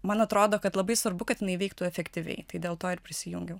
man atrodo kad labai svarbu kad jinai veiktų efektyviai tai dėl to ir prisijungiau